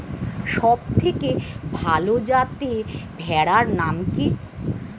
সবথেকে ভালো যাতে ভেড়ার নাম কি?